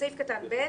4.5